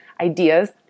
ideas